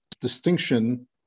distinction